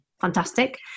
fantastic